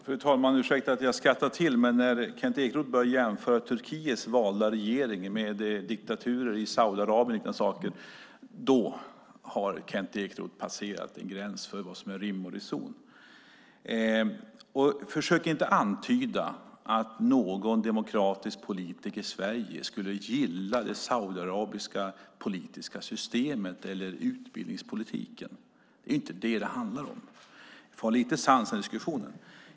Fru talman! Ursäkta att jag skrattade till, men när Kent Ekeroth börjar jämföra Turkiets valda regering med diktaturen i Saudiarabien och liknande saker har han passerat gränsen för vad som är rim och reson. Försök inte antyda att någon demokratisk politiker i Sverige skulle gilla det saudiarabiska politiska systemet eller utbildningspolitiken. Det är inte det som det handlar om. Det får vara lite sans i den diskussionen!